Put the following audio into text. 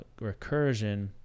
recursion